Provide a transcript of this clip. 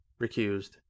recused